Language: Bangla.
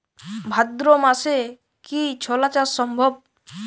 ভাদ্র মাসে কি ছোলা চাষ সম্ভব?